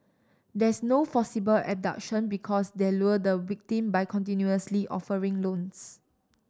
there's no forcible abduction because they lure the victim by continuously offering loans